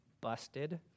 Busted